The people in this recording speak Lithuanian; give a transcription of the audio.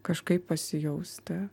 kažkaip pasijausti